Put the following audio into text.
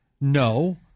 No